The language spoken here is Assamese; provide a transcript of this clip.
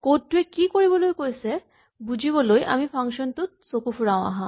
কড টোৱে কি কৰিবলৈ কৈছে বুজিবলৈ আমি ফাংচন টোত চকু ফুৰাওঁ আহাঁ